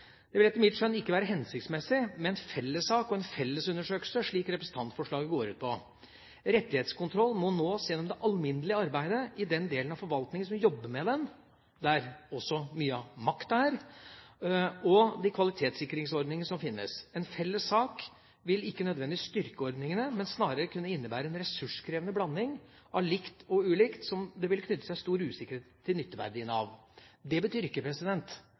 Det vil etter mitt skjønn ikke være hensiktsmessig med en felles sak og en felles undersøkelse, slik representantforslaget går ut på. Rettighetskontroll må nås gjennom det alminnelige arbeidet i den delen av forvaltningen som jobber med det, der også mye av makta er, og de kvalitetssikringsordningene som fins. En felles sak vil ikke nødvendigvis styrke ordningene, men snarere kunne innebære en ressurskrevende blanding av likt og ulikt, som det vil knytte seg stor usikkerhet til nytteverdien av. Det betyr ikke